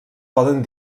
poden